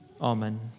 Amen